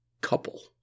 couple